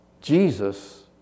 Jesus